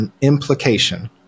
implication